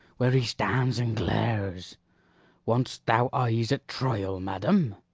where he stands and glares want'st thou eyes at trial, madam?